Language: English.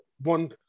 one